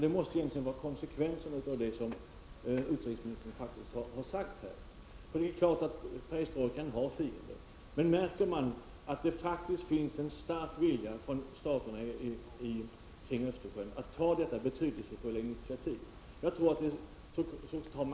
Det måste ju vara konsekvensen av det som utrikesministern har sagt. Det är klart att perestrojkan har fiender, men märker de att det faktiskt finns en stark vilja från staterna kring Östersjön att ta detta betydelsefulla initiativ, tror jag att man tar knäcken på dem.